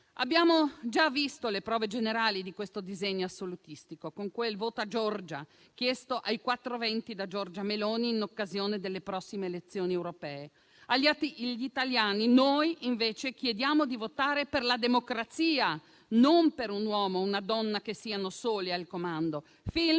Abbiamo già visto le prove generali di questo disegno assolutistico con quel «Vota Giorgia» chiesto ai quattro venti da Giorgia Meloni in occasione delle prossime elezioni europee. Agli italiani noi invece chiediamo di votare per la democrazia, non per un uomo o una donna che siano soli al comando,